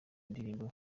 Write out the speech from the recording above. ndirimbo